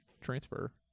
transfer